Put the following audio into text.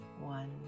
one